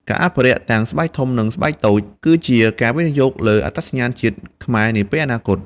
ការអភិរក្ស ទាំងស្បែកធំនិងស្បែកតូចគឺជាការវិនិយោគលើ អត្តសញ្ញាណជាតិ ខ្មែរនាពេលអនាគត។